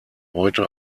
heute